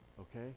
Okay